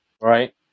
right